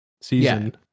season